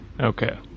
Okay